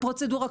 פרוצדורה כזאת,